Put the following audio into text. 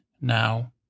now